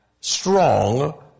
strong